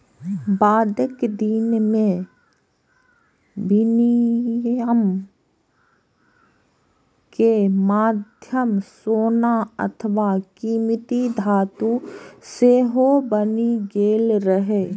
बादक दिन मे विनिमय के माध्यम सोना अथवा कीमती धातु सेहो बनि गेल रहै